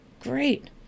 great